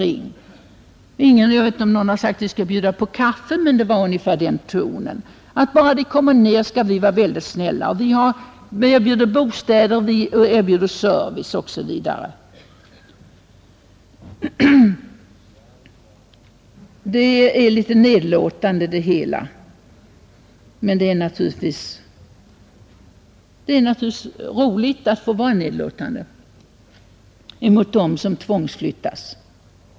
Ingen har hört om man också skall bjuda på kaffe, men det var ungefär den tonen: Bara de kommer ned skall vi vara väldigt snälla. Vi erbjuder bostäder, vi erbjuder service osv. Det hela är lite nedlåtande. Men det är naturligtvis roligt att få vara nedlåtande emot dem som tvångsflyttas.